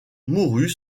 mourut